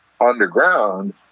underground